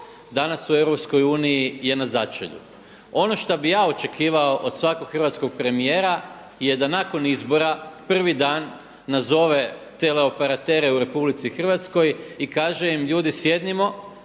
uniji je na začelju. Ono što bih ja očekivao od svakog hrvatskog premijera je da nakon izbora prvi dan nazove teleoperatere u RH i kaže im ljudi sjednimo,